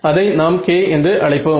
அதை நாம் k என்று அழைப்போம்